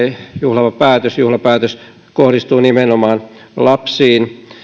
juhlava päätös juhlapäätös kohdistuu nimenomaan lapsiin